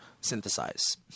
synthesize